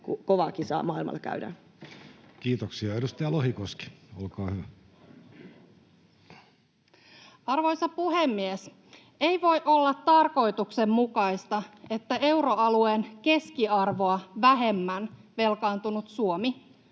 kovaa kisaa maailmalla käydään? Kiitoksia. — Edustaja Lohikoski, olkaa hyvä. Arvoisa puhemies! Ei voi olla tarkoituksenmukaista, että euroalueen keskiarvoa vähemmän velkaantunut Suomi